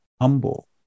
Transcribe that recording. humble